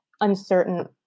uncertain